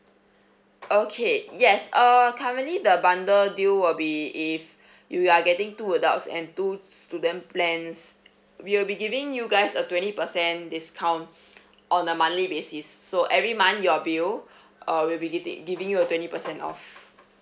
okay yes err currently the bundle deal will be if you are getting two adults and two student plans we'll be giving you guys a twenty percent discount on a monthly basis so every month your bill uh we'll be getting giving you a twenty percent off